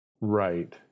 right